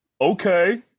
Okay